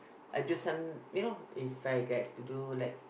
or do some you know if I get to do like